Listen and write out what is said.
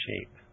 shape